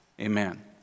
Amen